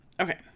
Okay